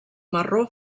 marró